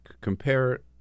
compare